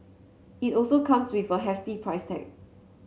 it also comes with a hefty price tag